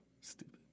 Stupid